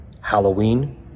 Halloween